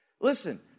Listen